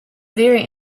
very